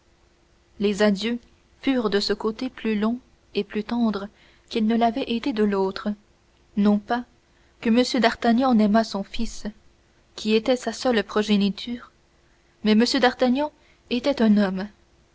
les adieux furent de ce côté plus longs et plus tendres qu'ils ne l'avaient été de l'autre non pas que m d'artagnan n'aimât son fils qui était sa seule progéniture mais m d'artagnan était un homme